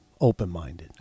Open-minded